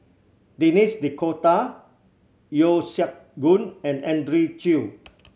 Denis D'Cotta Yeo Siak Goon and Andrew Chew